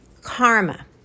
karma